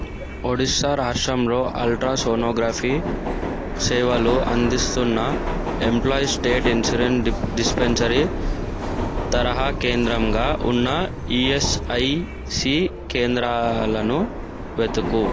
ఒడిషా రాష్ట్రంలో ultra sonography సేవలు అందిస్తున్న ఎంప్లాయీస్ స్టేట్ ఇన్షూరెన్స్ డిప్ డిస్పెన్సరీ తరహా కేంద్రంగా ఉన్న ఈఎస్ఐసి కేంద్రాలను వెతుకు